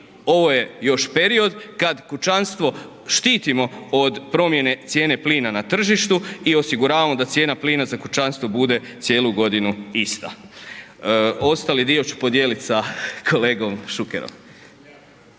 ovo je još period kad kućanstvo štitimo od promijene cijene plina na tržištu i osiguravamo da cijena plina za kućanstvo bude cijelu godinu ista. Ostali dio ću podijelit sa kolegom Šukerom.